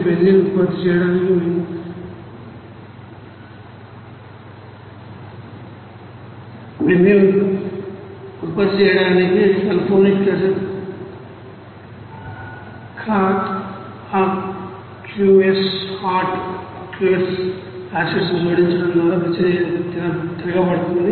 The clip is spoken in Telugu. బెంజీన్ ఉత్పత్తి చేయడానికి benzene sulphonic hot aqueous hot aqueous acids ను జోడించడం ద్వారా ప్రతిచర్య తిరగబడుతుంది